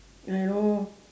I know